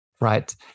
right